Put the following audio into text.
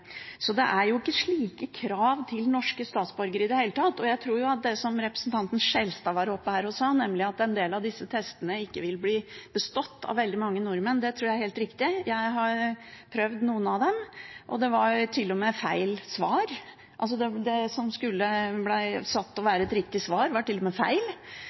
Så det er jo ikke slike krav til norske statsborgere i det hele tatt. Jeg tror at det som representanten Skjelstad var oppe her og sa, nemlig at en del av disse testene ikke ville bli bestått av veldig mange nordmenn, er helt riktig. Jeg har prøvd noen av dem, og der var det til og med feil svar – det som var oppgitt som riktig svar, var feil! Blant annet var et av spørsmålene når det var